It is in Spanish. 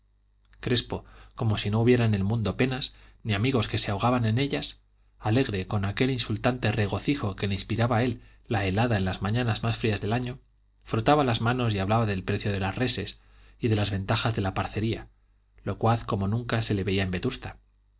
crespo como si no hubiera en el mundo penas ni amigos que se ahogaban en ellas alegre con aquel insultante regocijo que le inspiraba a él la helada en las mañanas más frías del año frotaba las manos y hablaba del precio de las reses y de las ventajas de la parcería locuaz como nunca se le veía en vetusta